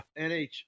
NH